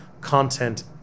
content